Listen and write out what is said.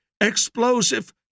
explosive